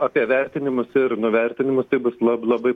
apie vertinimus ir nuvertinimus tai bus la labai